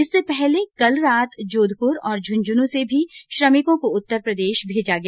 इससे पहले कल रात जोधपुर और झुंझुनूं से भी श्रमिकों को उत्तरप्रदेश भेजा गया